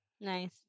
Nice